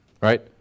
right